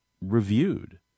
reviewed